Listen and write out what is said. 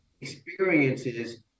experiences